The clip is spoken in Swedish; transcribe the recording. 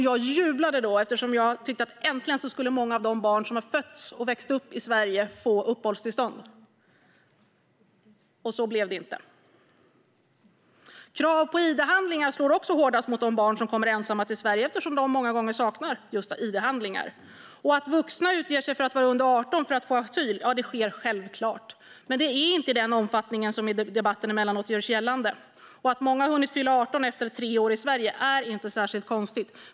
Jag jublade då, eftersom jag tyckte att många av de barn som fötts och vuxit upp i Sverige äntligen skulle få uppehållstillstånd. Så blev det inte. Krav på id-handlingar slår hårdast mot de barn som kommer ensamma till Sverige eftersom de många gånger saknar just id-handlingar. Att vuxna utger sig för att vara under 18 för att få asyl sker självklart, men det är inte i den omfattning som det i debatten emellanåt görs gällande. Att många har hunnit fylla 18 efter tre år i Sverige är inte särskilt konstigt.